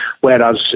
Whereas